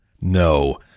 No